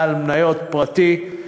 בעל מניות פרטי,